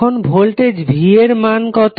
এখন voltage v এর মান কত